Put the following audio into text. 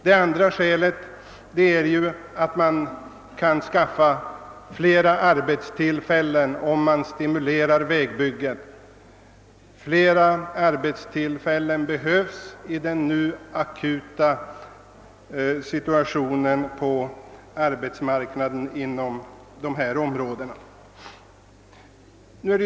Det andra skälet är att en stimulans av detta vägbyggande kan leda till flera arbetstillfällen, vilka behövs i den akuta situationen på arbetsmarknaden inom här aktuella områden.